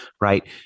right